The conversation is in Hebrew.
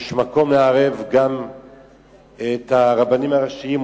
שיש מקום לערב גם את הרבנים הראשיים,